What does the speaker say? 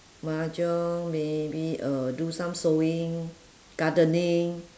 mahjong maybe uh do some sewing gardening